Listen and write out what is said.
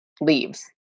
leaves